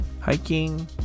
hiking